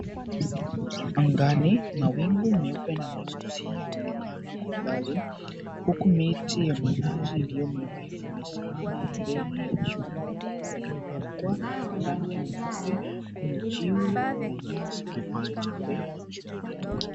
Angani mawingu meupe na meusi yanaonekana kwa mbali huku miti ya minazi iliyo mirefu imesimama mbele ya jumba kubwa lililopakwa rangi nyeupe. Kwenye jiwe kuna nyasi zinazotembea juu yake.